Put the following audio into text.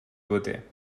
beauté